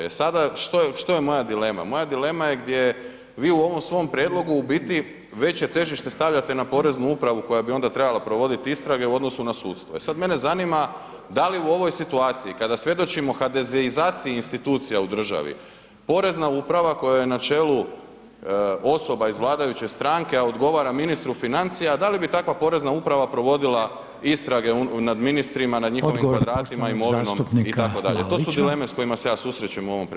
E sada što je moja dilema, moja je dilema gdje vi u ovom svom prijedlogu u biti veće težište stavljate na poreznu upravu koja bi onda trebala provoditi istrage u odnosu na sudstvo e sad mene zanima da li u ovoj situaciji kada svjedočimo hadezeizaciji institucija u državi, porezna uprava kojoj je načelu osoba iz vladajuće stranke a odgovara ministru financija, da li bi takva porez6na uprava provodila istrage nad ministrima, nad njihovim kvadratima, imovinom, itd., to su dileme s kojima s ja susrećem u ovom prijedlogu.